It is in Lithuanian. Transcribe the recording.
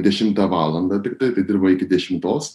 dešimtą valandą tiktai tai dirba iki dešimtos